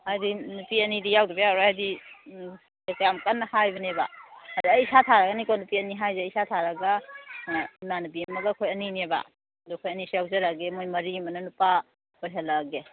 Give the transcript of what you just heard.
ꯍꯥꯏꯕꯗꯤ ꯅꯨꯄꯤ ꯑꯅꯤꯗꯤ ꯌꯥꯎꯗꯕ ꯌꯥꯔꯔꯣꯏ ꯍꯥꯏꯕꯗꯤ ꯌꯥꯝ ꯀꯟꯅ ꯍꯥꯏꯕꯅꯦꯕ ꯑꯗ ꯑꯩ ꯏꯁꯥ ꯊꯥꯔꯒꯅꯤꯀꯣ ꯅꯨꯄꯤ ꯑꯅꯤ ꯍꯥꯏꯔꯤꯁꯦ ꯏꯁꯥ ꯊꯥꯔꯒ ꯏꯃꯥꯟꯅꯕꯤ ꯑꯃꯒ ꯑꯩꯈꯣꯏ ꯑꯅꯤꯅꯦꯕ ꯑꯗꯨ ꯑꯩꯈꯣꯏ ꯑꯅꯤꯁꯦ ꯌꯥꯎꯖꯔꯒꯦ ꯃꯈꯣꯏ ꯃꯔꯤ ꯑꯃꯅ ꯅꯨꯄꯥ ꯑꯣꯏꯍꯜꯂꯛꯑꯒꯦ